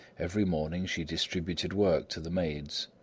every morning she distributed work to the maids,